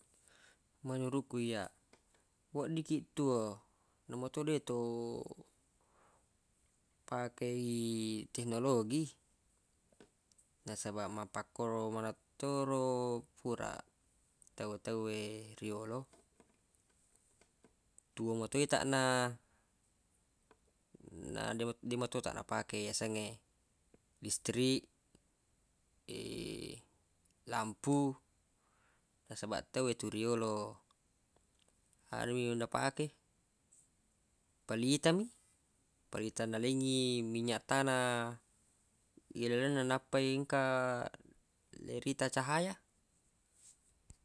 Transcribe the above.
Menurukku iyyaq wedding kiq tuwo namo to deq to pake i teknologi nasabaq mappakkoro maneng to ro pura tawwe-tawwe riyolo tuwo matoi taq na na de- deq meto taq na pake yasengnge listrik lampu nasabaq tawwe tu riyolo anumi na pake pelita mi pelita nalengngi minynyaq tana ilalenna nappa i engka le rita cahaya